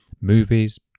Movies